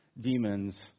demons